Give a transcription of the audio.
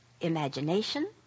imagination